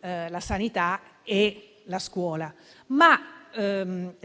la sanità e la scuola, ad esempio, ma